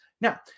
Now